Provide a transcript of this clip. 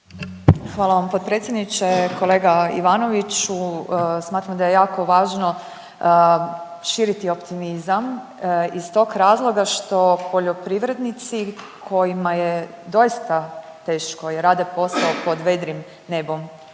Hvala vam potpredsjedniče. Kolega Ivanoviću, smatram da je jako važno širiti optimizam iz tog razloga što poljoprivrednici kojima je doista teško i rade posao pod vedrim nebom,